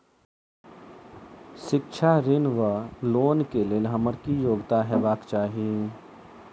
शिक्षा ऋण वा लोन केँ लेल हम्मर की योग्यता हेबाक चाहि?